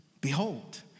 behold